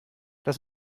das